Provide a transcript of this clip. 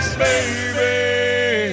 baby